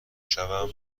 شوم